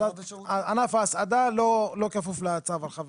ענף הסעדה לא כפוף לצו ההרחבה.